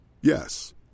Yes